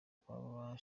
kw’aba